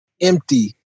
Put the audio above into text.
empty